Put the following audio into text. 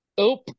Oop